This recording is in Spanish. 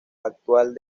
actual